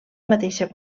mateixa